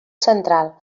central